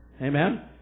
Amen